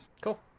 Cool